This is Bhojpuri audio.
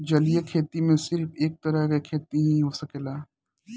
जलीय खेती में सिर्फ एक तरह के खेती ही हो सकेला